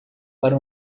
para